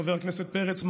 חבר הכנסת פרץ,